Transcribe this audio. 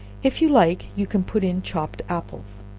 if you like, you can put in chopped apples.